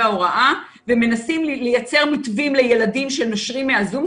ההוראה ומנסים לייצר מתווים לילדים שנושרים מהזום.